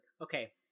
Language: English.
Okay